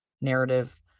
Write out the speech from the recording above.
narrative